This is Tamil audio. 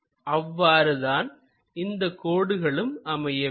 அவ்வாறு தான் இந்த கோடுகளும் அமைய வேண்டும்